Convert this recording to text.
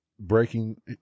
Breaking